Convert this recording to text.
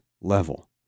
level